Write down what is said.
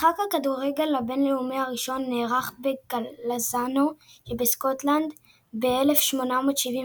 משחק הכדורגל הבין-לאומי הראשון נערך בגלאזגו שבסקוטלנד ב-1872,